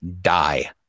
die